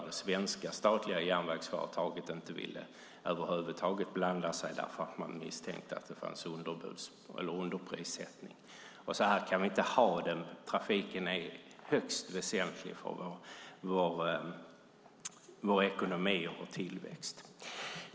Det svenska statliga järnvägsföretaget ville inte blanda sig i detta över huvud taget eftersom man misstänkte underprissättning. Så kan vi inte ha det. Trafiken är högst väsentlig för vår ekonomi och tillväxt.